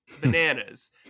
bananas